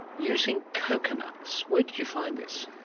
using coconuts. where did you find this?